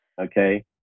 Okay